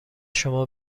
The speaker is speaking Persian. شما